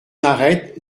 arrête